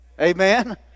Amen